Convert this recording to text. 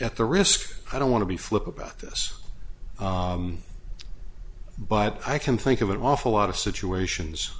at the risk i don't want to be flip about this but i can think of an awful lot of situations